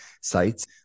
sites